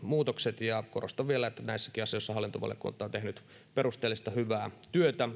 muutokset ja korostan vielä että näissäkin asioissa hallintovaliokunta on tehnyt perusteellista hyvää työtä